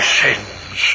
sins